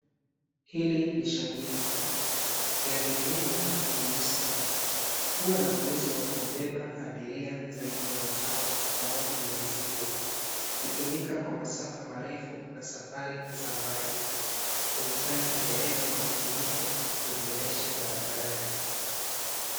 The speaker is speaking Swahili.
Hili ni shangingi. Gari lenyewe ni jeusi, huwa na uwezo wa kuwabeba abiria zaidi ya watano pamoja na mizigo. Hutumika kwa masafa marefu na safari za mbali. Huitaji dereva mmakinifu kuliendesha barabarani.